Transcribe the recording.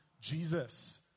Jesus